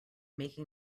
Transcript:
making